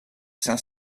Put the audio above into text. saint